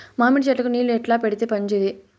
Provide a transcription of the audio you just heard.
మామిడి చెట్లకు నీళ్లు ఎట్లా పెడితే మంచిది?